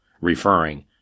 referring